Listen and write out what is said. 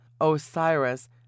Osiris